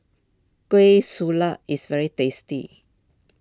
Kueh is very tasty